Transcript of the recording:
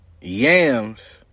yams